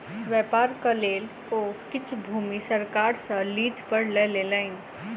व्यापारक लेल ओ किछ भूमि सरकार सॅ लीज पर लय लेलैन